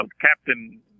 Captain